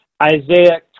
Isaiah